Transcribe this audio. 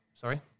Sorry